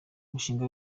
umushinga